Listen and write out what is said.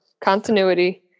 Continuity